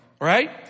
right